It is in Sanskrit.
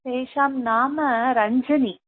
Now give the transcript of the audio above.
तेषां नाम रञ्जनी